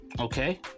Okay